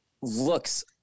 looks